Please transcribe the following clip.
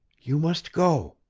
you must go,